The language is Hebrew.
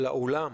לעולם